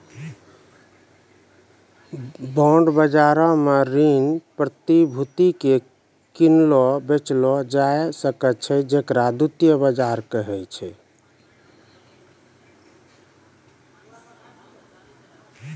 bond बजारो मे ऋण प्रतिभूति के किनलो बेचलो जाय सकै छै जेकरा द्वितीय बजार कहै छै